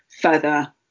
further